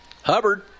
Hubbard